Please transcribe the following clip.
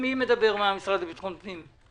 מי ידבר מן המשרד לביטחון פנים?